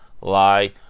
lie